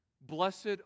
blessed